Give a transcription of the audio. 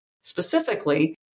Specifically